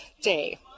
day